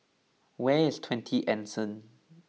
where is Twenty Anson